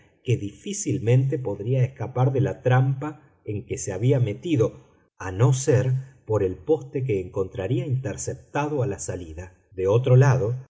que difícilmente podría escapar de la trampa en que se había metido a no ser por el poste que encontraría interceptado a la salida de otro lado